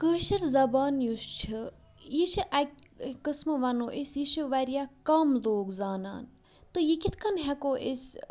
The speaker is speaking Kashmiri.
کٲشِر زبان یُس چھِ یہِ چھِ اَکہِ قٕسمہٕ وَنو أسۍ یہِ چھِ واریاہ کَم لوٗکھ زانان تہٕ یہِ کِتھ کٔنۍ ہٮ۪کو أسۍ